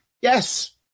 Yes